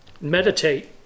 Meditate